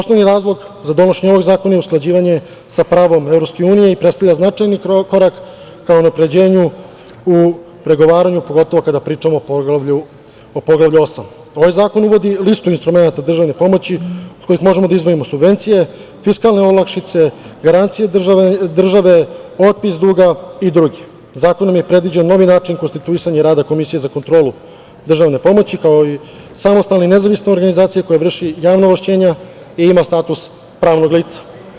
Osnovni razlog za donošenje ovog zakona je usklađivanje sa pravom EU i predstavlja značajni korak ka unapređenju u pregovaranju, pogotovo kada pričamo o Poglavlju 8. Ovaj zakon uvodi listu instrumenata državne pomoći iz kojih možemo da izdvojimo subvencije, fiskalne olakšice, garancije države, otpis duga i dr. Zakonom je predviđen novi način konstituisanja rada Komisije za kontrolu državne pomoći, kao i samostalne nezavisne organizacije koja vrši javna ovlašćenja i ima status pravnog lica.